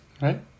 Right